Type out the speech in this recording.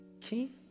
King